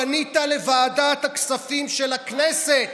אף פנית לוועדת הכספים של הכנסת